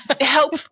Help